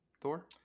Thor